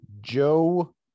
Joe